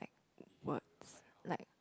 words like